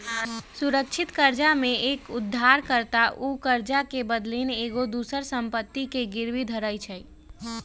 सुरक्षित करजा में एक उद्धार कर्ता उ करजा के बदलैन एगो दोसर संपत्ति के गिरवी धरइ छइ